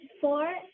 Four